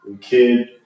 kid